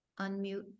unmute